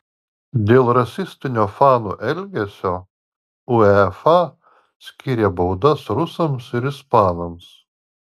dėl rasistinio fanų elgesio uefa skyrė baudas rusams ir ispanams